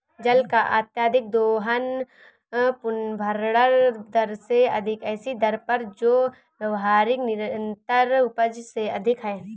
जल का अत्यधिक दोहन पुनर्भरण दर से अधिक ऐसी दर पर जो व्यावहारिक निरंतर उपज से अधिक है